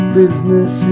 business